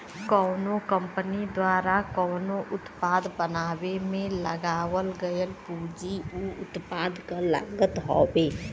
कउनो कंपनी द्वारा कउनो उत्पाद बनावे में लगावल गयल पूंजी उ उत्पाद क लागत हउवे